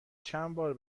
چندبار